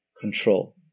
control